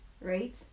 Right